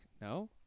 no